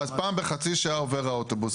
ואז פעם בחצי שעה עובר אוטובוס